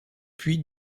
puis